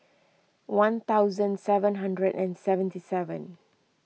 one thousand seven hundred and seventy seven